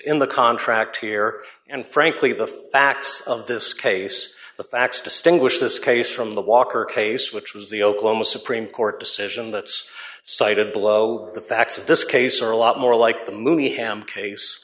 in the contract here and frankly the facts of this case the facts distinguish this case from the walker case which was the oklahoma supreme court decision that's cited below the facts of this case are a lot more like the movie ham